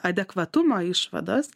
adekvatumo išvados